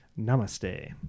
Namaste